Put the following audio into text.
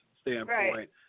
standpoint